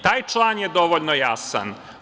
Taj član je dovoljno jasan.